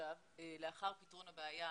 לאחר פתרון הבעיה,